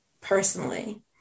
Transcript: personally